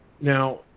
Now